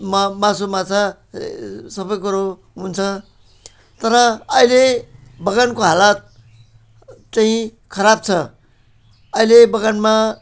मा मासु माछा सबै कुरो हुन्छ तर अहिले बगानको हालत चाहिँ खराब छ अहिले बगानमा